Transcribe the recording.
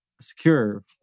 Secure